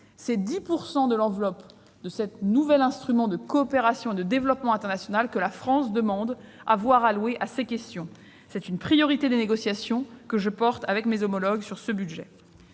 que 10 % de l'enveloppe de ce nouvel instrument de coopération et de développement international soient alloués à ces questions. C'est une priorité des négociations que je soutiens avec mes homologues sur ce budget.